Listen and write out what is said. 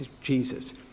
Jesus